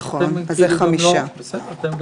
נכון, אז זה חמישה נציגים.